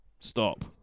Stop